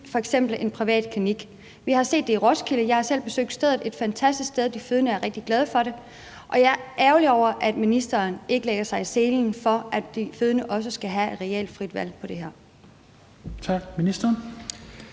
en privat klinik. Vi har set det i Roskilde – jeg har selv besøgt stedet, og det er et fantastisk sted, som de fødende er rigtig glade for. Og jeg er ærgerlig over, at ministeren ikke lægger sig i selen for, at de fødende også skal have et reelt frit valg i forhold til det.